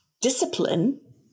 discipline